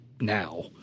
now